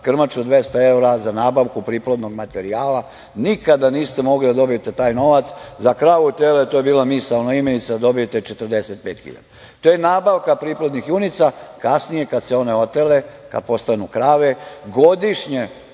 krmaču 200 evra, za nabavku priplodnog materijala, nikada niste mogli da dobijete taj novac, za kravu i tele to je bila misaona imenica da dobijete 45.000. To je nabavka priplodnih junica. Kasnije kad se one otele, kad postanu krave, godišnje